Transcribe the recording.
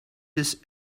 this